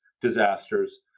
disasters